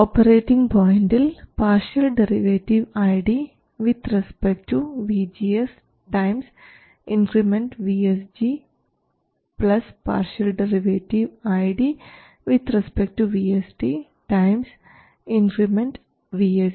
operating പോയൻറിൽ partial derivative ID with respect to VSG times increment V SG plus partial derivative ID with respect to VSD times increment V SD